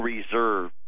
Reserve